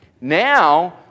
Now